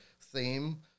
theme